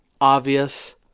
obvious